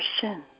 sin